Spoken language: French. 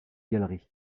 galeries